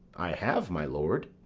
i have, my lord.